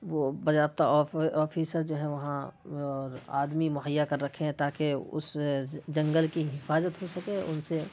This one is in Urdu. وہ باضابطہ آفس جو ہے وہاں اور آدمی مہیا کر رکھے ہیں تاکہ اس جنگل کی حفاظت ہوسکے ان سے